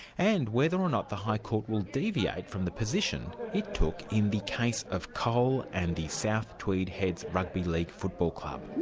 and whether or not the high court will deviate from the position it took in the case of cole and the south tweed heads rugby league football club.